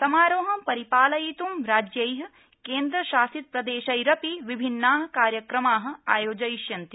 समारोहं परिपालयित्ं राज्यै केन्द्रशासित प्रदेशैरपि विभिन्ना कार्यक्रमा आयोजयिष्यन्ते